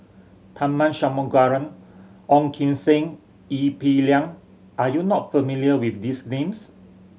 Tharman Shanmugaratnam Ong Kim Seng Ee Peng Liang are you not familiar with these names